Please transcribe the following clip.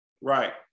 Right